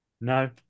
No